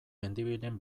mendibilen